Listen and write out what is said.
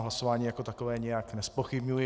Hlasování jako takové nijak nezpochybňuji.